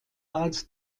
als